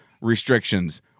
restrictions